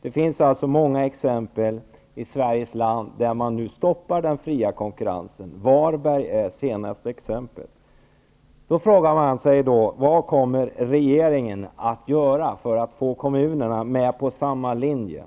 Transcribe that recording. Det finns många exempel i Sveriges land där den fria konkurrensen stoppas. Varberg är det senaste exemplet.